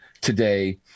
today